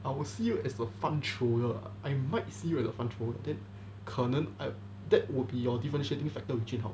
I will see you as the fun troller lah I might see you as the fun troller then 可能 that would be your differentiating factor between jun hao